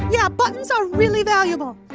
yeah. buttons are really valuable.